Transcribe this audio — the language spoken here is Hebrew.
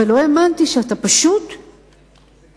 אבל לא האמנתי שאתה פשוט מבולבל,